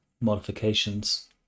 modifications